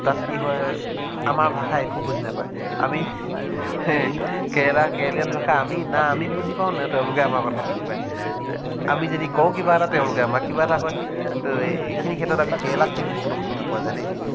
তাত কি হয় আমাৰ ভাষা একো বুজি নাপায় আমি কেৰেলাৰ কেৰেলীয়ান ভাষা আমি না আমি বুজি পাওঁ না তেওঁলোকে আমাৰ কথা বুজি পায় আমি যদি কওঁ কিবা এটা তেওঁলোকে আমাক কিবা এটা কয় তো এইখিনি ক্ষেত্ৰত আমি কেৰেলাত কিন্তু বহুত অসুবিধা পোৱা যায় দেই